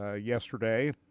yesterday